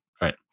Right